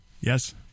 Yes